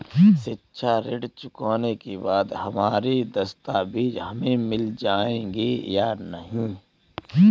शिक्षा ऋण चुकाने के बाद हमारे दस्तावेज हमें मिल जाएंगे या नहीं?